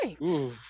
right